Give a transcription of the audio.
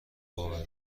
باوره